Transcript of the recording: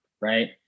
Right